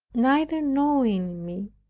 neither knowing me,